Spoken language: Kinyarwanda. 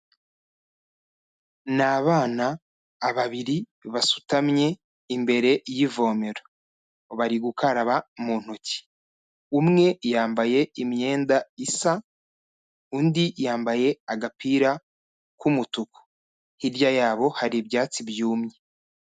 Ni abana babiri basutamye imbere y'ivomero, bari gukaraba mu ntoki, umwe yambaye imyenda isa, undi yambaye agapira k'umutuku, hirya yabo hari ibyatsi byumye.